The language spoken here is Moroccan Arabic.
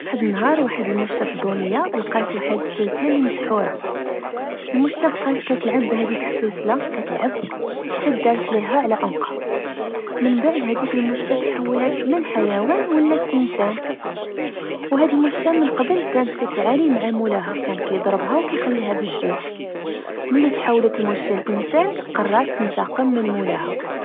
واحد النهار، واحد المشة فضولية لقات واحد السنسلة لمسحورة، المشة بقات كتلعب بهاديك السنسلة، كتلعب حتى دارت ليها على عنقها، من بعد هديك المشة تحولات من حيوان ولات إنسان، وهاد المشة من قبل كانت كتعاني مع مولاها، كان كضربها أو كخلها بالجوع، ملي تحولات المشة لإنسان قرات تنتاقم من مولاها